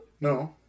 No